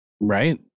right